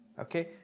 okay